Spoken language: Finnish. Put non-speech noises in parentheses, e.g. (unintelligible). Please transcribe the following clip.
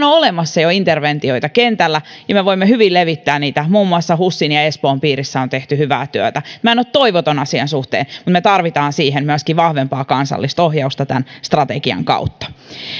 (unintelligible) on olemassa jo interventioita kentällä ja me voimme hyvin levittää niitä muun muassa husin ja espoon piirissä on tehty hyvää työtä minä en ole toivoton asian suhteen mutta me tarvitsemme siihen myöskin vahvempaa kansallista ohjausta tämän strategian kautta